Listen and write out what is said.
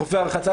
חופי הרחצה,